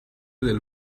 del